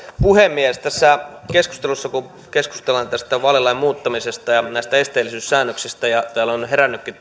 puhemies kun tässä keskustelussa keskustellaan tästä vaalilain muuttamisesta ja näistä esteellisyyssäännöksistä ja täällä on herännytkin